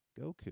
goku